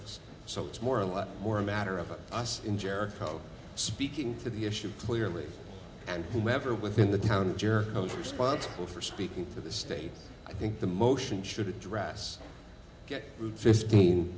us so it's more a lot more a matter of us in jericho speaking to the issue clearly and whomever within the counter those responsible for speaking to the state i think the motion should address get fifteen